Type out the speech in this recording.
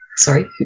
sorry